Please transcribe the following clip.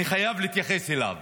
אני חייב להתייחס אליו.